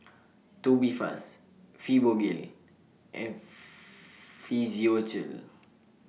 Tubifast Fibogel and Physiogel